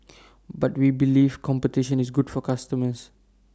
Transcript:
but we believe competition is good for customers